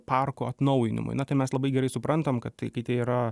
parko atnaujinimui na tai mes labai gerai suprantam kad tai kai tai yra